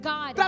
God